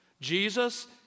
Jesus